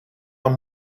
van